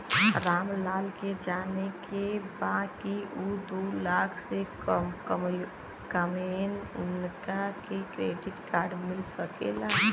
राम लाल के जाने के बा की ऊ दूलाख से कम कमायेन उनका के क्रेडिट कार्ड मिल सके ला?